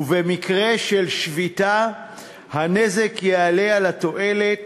ובמקרה של שביתה הנזק יעלה על התועלת: